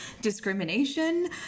discrimination